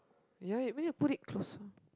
ya you need to put it closer